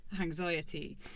anxiety